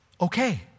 okay